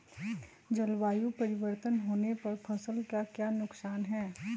जलवायु परिवर्तन होने पर फसल का क्या नुकसान है?